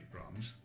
problems